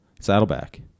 Saddleback